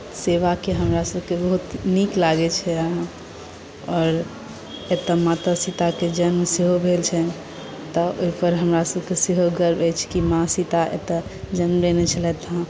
से वाक्य हमरासभकेँ बहुत नीक लागैत छलए हेँ आओर एतय माता सीताके जन्म सेहो भेल छन्हि तऽ ओहिपर हमरासभकेँ सेहो गर्व अछि कि माँ सीता एतय जन्म लेने छलथि हेँ